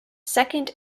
second